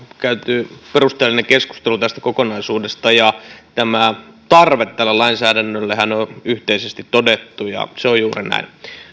käyty perusteellinen keskustelu tästä kokonaisuudesta ja tarve tälle lainsäädännöllehän on yhteisesti todettu ja se on juuri näin